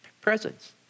presents